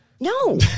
No